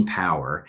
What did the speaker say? power